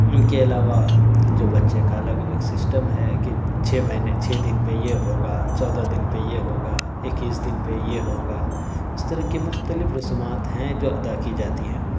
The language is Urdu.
ان کے علاوہ جو بچے کا الگ الگ سسٹم ہے کہ چھ مہینے چھ دن پہ یہ ہو گا چودہ دن پہ یہ ہو گا اکیس دن پہ یہ ہو گا اس طرح کی مختلف رسومات ہیں جو ادا کی جاتی ہیں